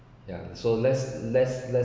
ya so let’s let’s